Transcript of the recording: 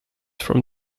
from